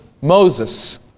Moses